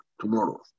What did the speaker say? tomorrow